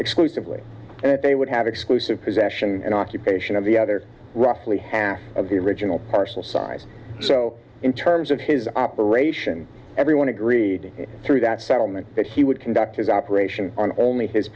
exclusively they would have exclusive possession and occupation of the other roughly half of the original parcel size so in terms of his operation everyone agreed through that settlement that he would conduct his operation on only his